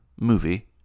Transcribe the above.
Movie